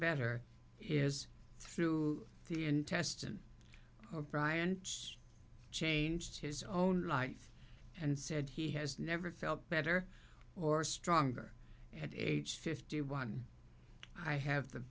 better is through the intestine or bryants changed his own life and said he has never felt better or stronger at age fifty one i have the